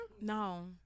No